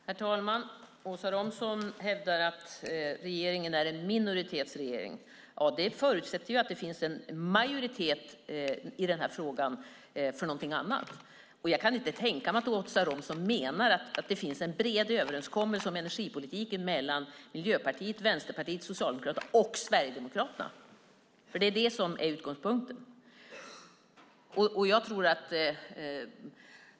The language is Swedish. Herr talman! Åsa Romson hävdar att regeringen är i minoritet. Det förutsätter att det finns en majoritet i den här frågan för någonting annat. Jag kan inte tänka mig att Åsa Romson menar att det finns en bred överenskommelse om energipolitiken mellan Miljöpartiet, Vänsterpartiet, Socialdemokraterna och Sverigedemokraterna. Det är det som är utgångspunkten.